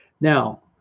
Now